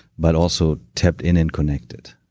but also tapped in and connected.